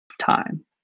time